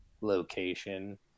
location